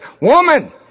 Woman